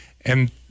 and-